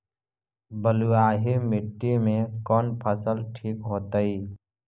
बलुआही मिट्टी में कौन फसल ठिक होतइ?